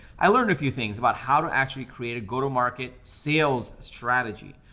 i learned a few things about how to actually create a go-to-market sales strategy.